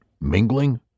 mingling